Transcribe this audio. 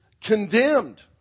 condemned